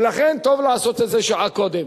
ולכן, טוב לעשות את זה שעה קודם.